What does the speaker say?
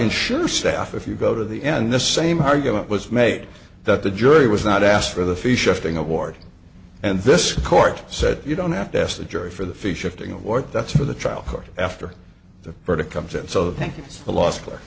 in sure staff if you go to the end the same argument was made that the jury was not asked for the fee shifting award and this court said you don't have to ask the jury for the fish shifting award that's for the trial court after the verdict comes in so th